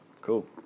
Cool